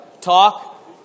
talk